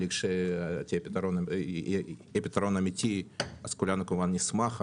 כשיהיה פתרון אמיתי אז כולנו כמובן נשמח,